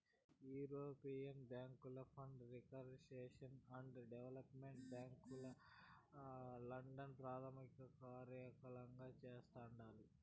European bank for reconstruction and development bank London ప్రదానకార్యలయంగా చేస్తండాలి